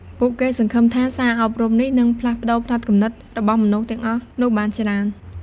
ពួកគេសង្ឃឹមថាសារអប់រំនេះនឹងផ្លាស់ប្តូរផ្នត់គំនិត របស់មនុស្សទាំងអស់នោះបានច្រើន។